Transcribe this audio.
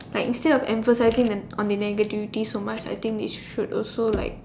like instead of emphasizing the on the negativity so much I think they should also like